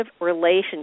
relationship